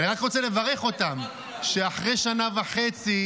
אני רק רוצה לברך אותם שאחרי שנה וחצי,